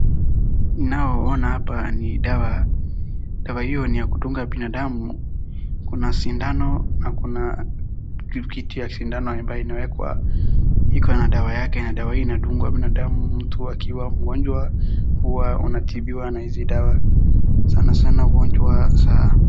Ninaoona hapa ni dawa, dawa hiyo ni ya kudunga binadamu. Kuna sindano na kuna kitu ya sindano amabye inawekwa, iko na dawa yake na dawa hii inadugwa binadamu. Mtu akiwa mgonjwa hua unatibiwa na hii dawa sanasana ugonjwa za.